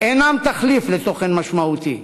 אינם תחליף לתוכן משמעותי.